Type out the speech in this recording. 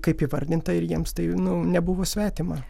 kaip įvardinta ir jiems tai nu nebuvo svetima